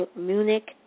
Munich